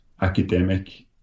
academic